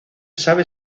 sabe